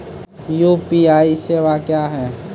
UPI सेवा क्या हैं?